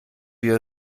wir